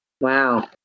Wow